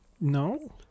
No